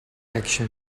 action